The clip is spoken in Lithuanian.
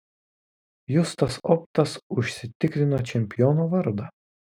justas optas užsitikrino čempiono vardą